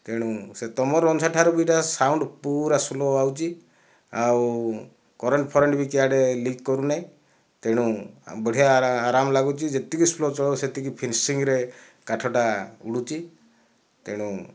ତେଣୁ ସେ ତୁମର ରଞ୍ଜା ଠାରୁ ବି ଏଇଟା ସାଉଣ୍ଡ ପୁରା ସ୍ଲୋ ହେଉଛି ଆଉ କରେଣ୍ଟ ଫରେଣ୍ଟ ବି କୁଆଡ଼େ ଲିକ୍ କରୁନାହିଁ ତେଣୁ ବଢ଼ିଆ ଆରାମ ଲାଗୁଛି ଯେତିକି ସ୍ଲୋ ସେତିକି ଫିନିସିଙ୍ଗରେ କାଠଟା ଉଡ଼ୁଛି ତେଣୁ